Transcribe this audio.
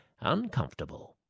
uncomfortable